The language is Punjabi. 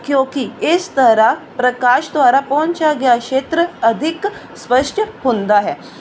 ਕਿਉਂਕਿ ਇਸ ਤਰਹਾਂ ਪ੍ਰਕਾਸ਼ ਦੁਆਰਾ ਪਹੁੰਚਿਆ ਗਿਆ ਅਧਿਕ ਸਪਸ਼ਟ ਹੁੰਦਾ ਹੈ